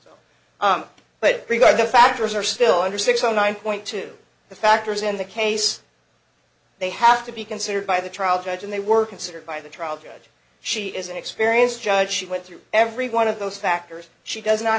regard the factors are still under six zero nine point two the factors in the case they have to be considered by the trial judge and they were considered by the trial judge she is an experienced judge she went through every one of those factors she does not